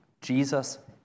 Jesus